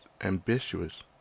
ambitious